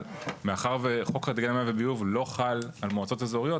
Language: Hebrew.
אבל מאחר שחוק תאגידי מים וביוב לא חל על מועצות אזוריות,